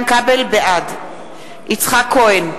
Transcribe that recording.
בעד יצחק כהן,